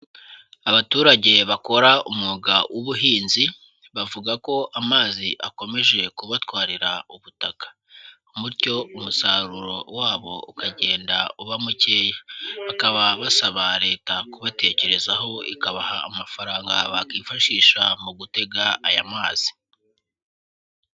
Abaturage bakora umwuga w'ubuhinzi bavuga ko amazi akomeje kubatwarira ubutaka, bityo umusaruro wabo ukagenda uba mukeya, bakaba basaba Leta kubatekerezaho ikabaha amafaranga bakwifashisha mu gutega aya mazi.